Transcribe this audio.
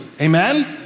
Amen